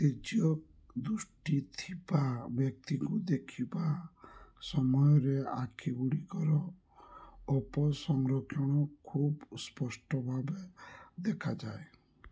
ତିର୍ଯ୍ୟକ୍ ଦୃଷ୍ଟି ଥିବା ବ୍ୟକ୍ତିଙ୍କୁ ଦେଖିବା ସମୟରେ ଆଖି ଗୁଡ଼ିକର ଅପସଂରକ୍ଷଣ ଖୁବ୍ ସ୍ପଷ୍ଟ ଭାବେ ଦେଖାଯାଏ